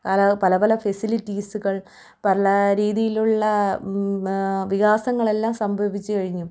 ധാരാളം പല പല ഫെസിലിറ്റീസുകൾ പല രീതിയിലുള്ള വികാസങ്ങളെല്ലാം സംഭവിച്ചു കഴിഞ്ഞു